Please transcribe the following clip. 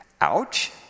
Ouch